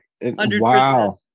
Wow